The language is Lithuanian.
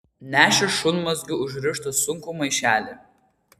nešė šunmazgiu užrištą sunkų maišelį